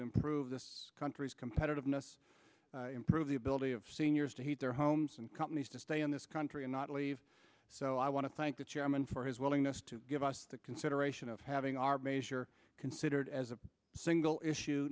improve this country's competitiveness improve the ability of seniors to heat their homes and companies to stay in this country and not leave so i want to thank the chairman for his willingness to give us the consideration of having our measure considered as a single issue